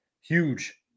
huge